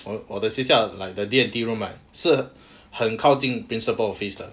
like 我的学校 like the D_N_T room right 是很靠近 principal office 的